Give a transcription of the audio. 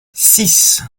six